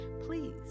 please